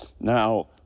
Now